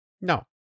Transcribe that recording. No